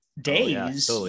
days